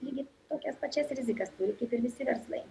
lygiai tokias pačias rizikas turi kaip ir visi verslai